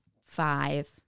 Five